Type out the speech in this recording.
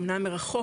אמנם מרחוק,